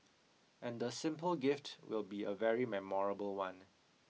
and the simple gift will be a very memorable one